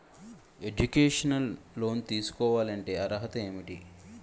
Educational loan తీసుకోవాలంటే అర్హత ఏంటి?